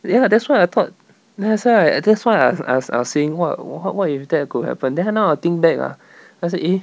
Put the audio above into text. ya that's why I thought that's why I that's why I was I was saying !wah! what what if that could happen then now I think back ah then I say eh